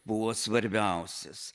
buvo svarbiausias